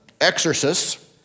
exorcists